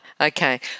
Okay